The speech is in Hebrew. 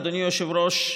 אדוני היושב-ראש,